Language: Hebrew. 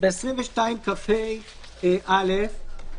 בסעיף 22כה(א),